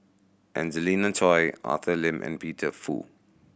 Angelina Choy Arthur Lim and Peter Fu